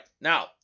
now